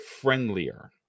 friendlier